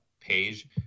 page